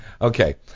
Okay